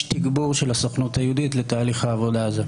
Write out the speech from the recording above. תגבור של הסוכנות היהודית לתהליך העבודה הזה.